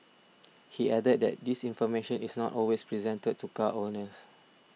he added that this information is not always presented to car owners